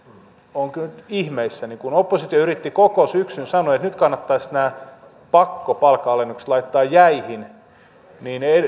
olen kyllä ihmeissäni kun oppositio yritti koko syksyn sanoa että nyt kannattaisi nämä pakkopalkanalennukset laittaa jäihin ja niin